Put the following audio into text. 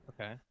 Okay